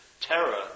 terror